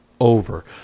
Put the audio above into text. over